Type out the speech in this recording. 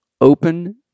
open